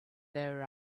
their